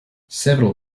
several